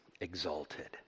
exalted